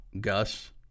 Gus